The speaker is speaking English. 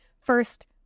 First